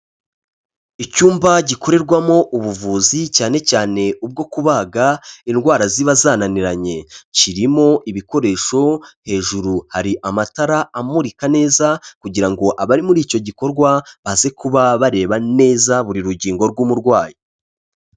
Icyumba gikorerwamo ubuvuzi cyane cyane ubwo kubaga, indwara ziba zananiranye; kirimo ibikoresho, hejuru hari amatara amurika neza, kugira ngo abari muri icyo gikorwa, baze kuba bareba neza buri rugingo rw'umurwayi.